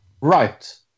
Right